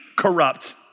corrupt